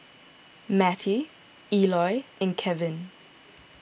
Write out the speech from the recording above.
Mattie Eloy and Kelvin